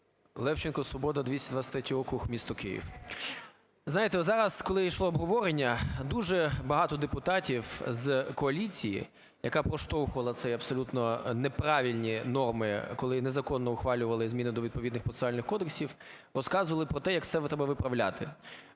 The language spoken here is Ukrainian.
Левченко, "Свобода", 223 округ, місто Київ. Знаєте, зараз, коли йшло обговорення, дуже багато депутатів з коаліції, яка проштовхувала ці, абсолютно неправильні норми, коли незаконно ухвалювали зміни до відповідних процесуальних кодексів, розказували про те, як все треба виправляти,